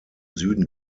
süden